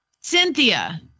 Cynthia